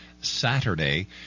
saturday